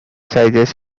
sizes